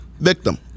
victim